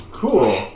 Cool